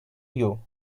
you